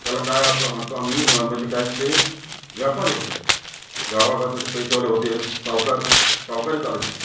त्याला काय आप म्हणतो आम्ही म्हणजे काय ते व्यापारी होते गावागावात असे पैसेवाले होते सावकार सावकारी चालायची